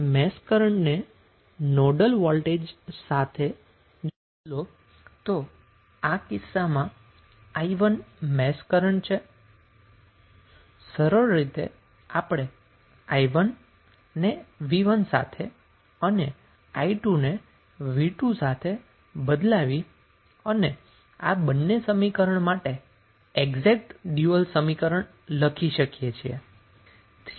હવે મેશ કરન્ટને nodal voltage સાથે જો બદલો તો આ કિસ્સામાં i1 મેશ કરન્ટ છે તો સરળ રીતે આપણે i1 ને v1 સાથે અને i2 ને v2 સાથે બદલાવી અને આ બંને સમીકરણ માટે એક્ઝેટ ડયુઅલ સમીકરણ લખી શકીએ છીએ